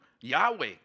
Yahweh